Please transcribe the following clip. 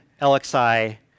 LXI